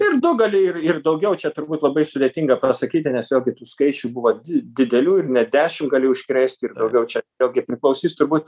ir du gali ir ir daugiau čia turbūt labai sudėtinga pasakyti nes vėlgi tų skaičių buvo didelių ir net dešim gali užkrėsti ir daugiau čia vėlgi priklausys turbūt